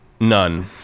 None